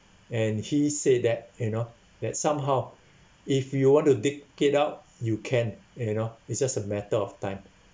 and he said that you know that somehow if you want to dig it out you can you know it's just a matter of time